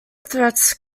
threats